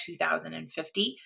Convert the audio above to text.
2050